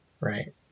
right